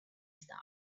star